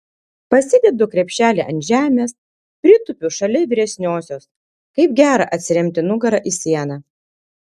pasidedu krepšelį ant žemės pritūpiu šalia vyresniosios kaip gera atsiremti nugara į sieną